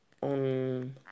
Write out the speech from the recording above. on